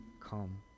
come